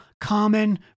common